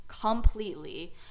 completely